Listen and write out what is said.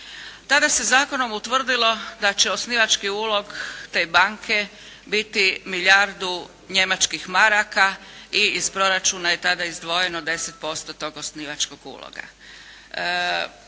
Tada se zakonom utvrdilo da će osnivački ulog te banke biti milijardu njemačkih maraka i iz proračuna je tada izdvojeno 10% tog osnivačkog uloga.